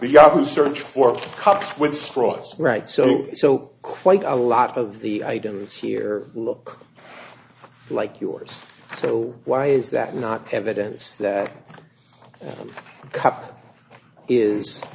yahoo search for cups with straws right so so quite a lot of the items here look like yours so why is that not evidence that